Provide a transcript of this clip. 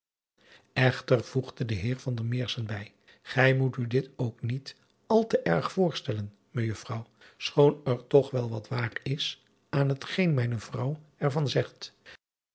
chter voegde er de heer bij gij moet u dit nu ook niet al te erg voorstellen ejuffrouw schoon er toch wel wat waar is aan het geen mijne vrouw er van zegt